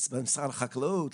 למשרד החקלאות,